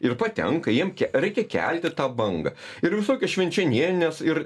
ir patenka jiem reikia kelti tą bangą ir visokios švenčionienės ir